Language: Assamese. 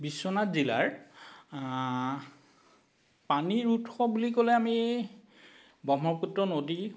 বিশ্বনাথ জিলাৰ পানীৰ উৎস বুলি ক'লে আমি ব্ৰহ্মপুত্ৰ নদী